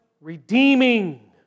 redeeming